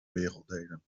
werelddelen